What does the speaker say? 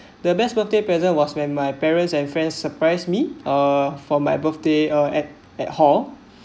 the best birthday present was when my parents and friends surprise me uh for my birthday uh at at hall